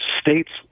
states